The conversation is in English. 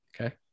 Okay